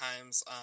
Times